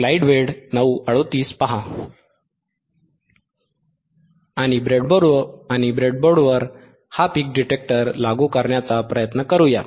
आणि ब्रेडबोर्डवर हा पीक डिटेक्टर लागू करण्याचा प्रयत्न करूया